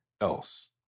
else